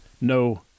no